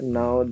now